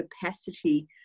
capacity